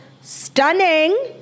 stunning